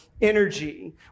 energy